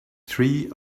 three